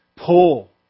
pull